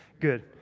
good